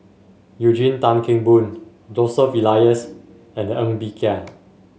Eugene Tan Kheng Boon Joseph Elias and Ng Bee Kia